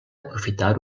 aprofitar